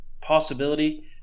possibility